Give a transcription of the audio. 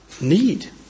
need